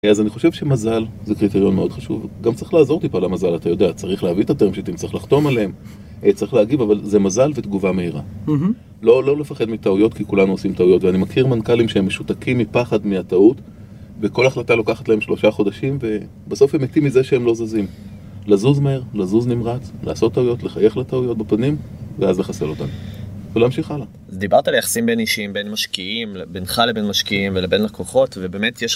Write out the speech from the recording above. אז אני חושב שמזל זה קריטריון מאוד חשוב, גם צריך לעזור טיפה למזל, אתה יודע, צריך להביא את הטרם שיטים, צריך לחתום עליהם, צריך להגיד, אבל זה מזל ותגובה מהירה. לא לפחד מטעויות, כי כולנו עושים טעויות, ואני מכיר מנכלים שהם משותקים מפחד מהטעות, וכל החלטה לוקחת להם שלושה חודשים, ובסוף הם מתים מזה שהם לא זזים. לזוז מהר, לזוז נמרץ, לעשות טעויות, לחייך לטעויות בפנים, ואז לחסל אותן. ולהמשיך הלאה. אז דיברת על יחסים בין אישיים, בין משקיעים ל, בינך לבין משקיעים, ולבין לקוחות, ובאמת יש...